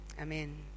Amen